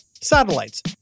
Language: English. satellites